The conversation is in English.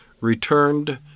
returned